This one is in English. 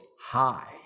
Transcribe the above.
high